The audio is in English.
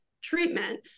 treatment